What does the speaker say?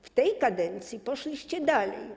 W tej kadencji poszliście dalej.